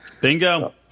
Bingo